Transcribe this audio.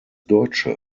deutsche